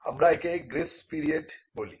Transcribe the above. আমরা একে grace period বলি